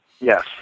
Yes